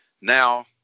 Now